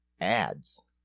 ads